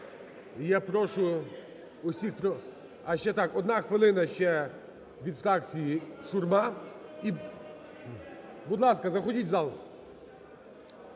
я прошу усіх… Я ще, так, одна хвилина ще від фракції Шурма. І… Будь ласка, заходьте в зал.